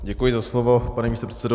Děkuji za slovo, pane místopředsedo.